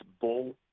bull